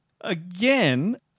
again